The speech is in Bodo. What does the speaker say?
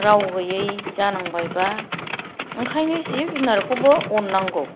राव गोयै जानांबायब्ला ओंखायनो जिब जुनादखौबो अननांगौ